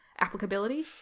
applicability